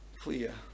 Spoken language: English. clear